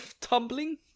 tumbling